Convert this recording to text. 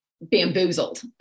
bamboozled